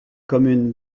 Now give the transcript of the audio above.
communes